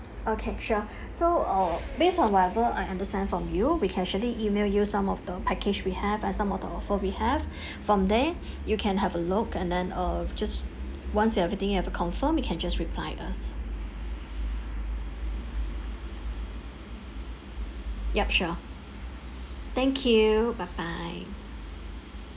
okay sure so uh based on whatever I understand from you we can actually email you some of the package we have and some of the offer we have from there you can have a look and then uh just once everything you have a confirm you can just reply us yup sure thank you bye bye